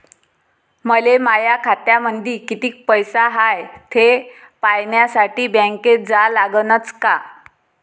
मले माया खात्यामंदी कितीक पैसा हाय थे पायन्यासाठी बँकेत जा लागनच का?